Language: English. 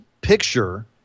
picture